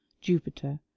jupiter